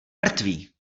mrtvý